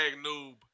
noob